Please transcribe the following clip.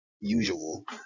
usual